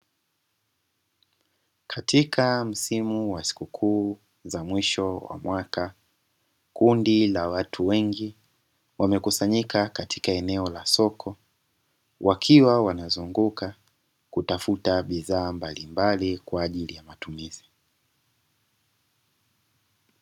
Katika msimu wa sikukuu ya mwisho wa mwaka, kundi la watu wengi wamekusanyika katika eneo la soko. Wakiwa wanazunguka kutafuta bidhaa mbalimbali kwa ajili ya matumizi.